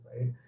right